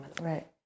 Right